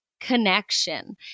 connection